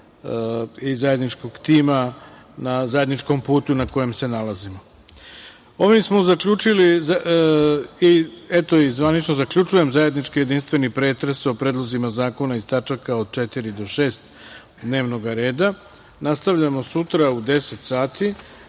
i zajedničkog tima na zajedničkom putu na kom se nalazimo. Ovim smo zaključili, i zvanično zaključujem zajednički, jedinstveni pretres o predlozima zakona iz tačaka jedan do šest dnevnog reda. Nastavljamo sutra u 10,00 sati.